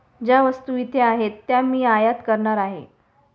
ज्या वस्तू इथे आहेत त्या मी आयात करणार आहे